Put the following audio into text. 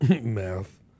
Math